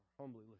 humbly